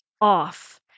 off